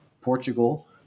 Portugal